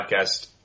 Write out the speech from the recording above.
podcast